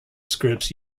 scripts